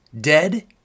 dead